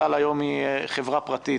אל על היום היא חברה פרטית,